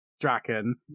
draken